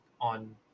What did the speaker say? on